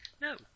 No